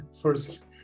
first